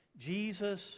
Jesus